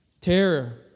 terror